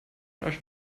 als